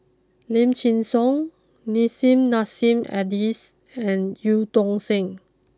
Lim Chin Siong Nissim Nassim Adis and Eu Tong Sen